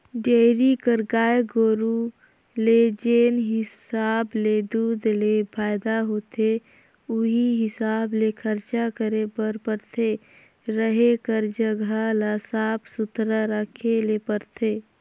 dairy कर गाय गरू ले जेन हिसाब ले दूद ले फायदा होथे उहीं हिसाब ले खरचा करे बर परथे, रहें कर जघा ल साफ सुथरा रखे ले परथे